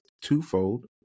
twofold